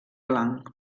blanc